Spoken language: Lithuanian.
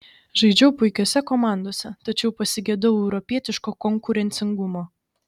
žaidžiau puikiose komandose tačiau pasigedau europietiško konkurencingumo